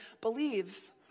believes